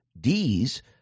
D's